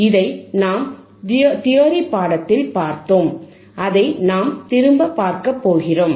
இதை நாம் தியரி பாடத்தில் பார்த்தோம் அதை நாம் திரும்ப பார்க்கப்போகிறோம்